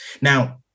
Now